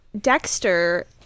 dexter